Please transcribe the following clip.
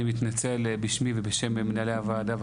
אני מתנצל בשמי ובשם מנהלי הוועדה.